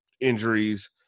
injuries